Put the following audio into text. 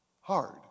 hard